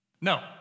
No